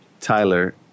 Tyler